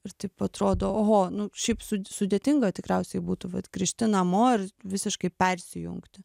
ir taip atrodo oho nu šiaip su sudėtinga tikriausiai būtų vat grįžti namo ir visiškai persijungti